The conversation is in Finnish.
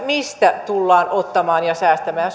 mistä tullaan ottamaan ja säästämään ja